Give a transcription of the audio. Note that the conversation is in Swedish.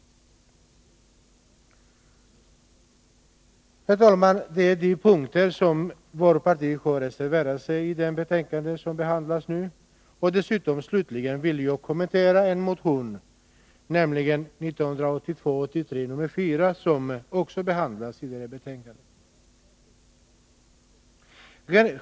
Herr talman! Det var de punkter på vilka vårt parti reserverar sig i det betänkande som behandlas. Dessutom skall jag kommentera en motion, nr 1982/83:4, som också behandlas i betänkandet.